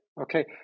okay